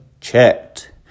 checked